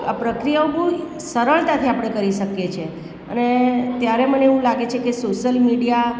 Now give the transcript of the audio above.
આ પ્રક્રિયાઓ આપણે બહુ સરળતાથી આપણે કરી શકીએ છીએ અને ત્યારે મને એવું લાગે છે કે સોશ્યિલ મીડિયા